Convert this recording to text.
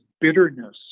bitterness